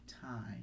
time